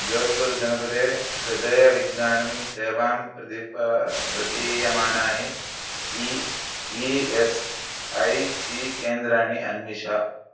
जोद्पुर् जनपदे हृदयविज्ञानं सेवां प्रदीपः प्रदीयमानानि E E S I C केन्द्राणि अन्विष